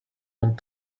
want